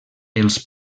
els